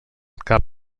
cap